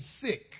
sick